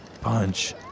Punch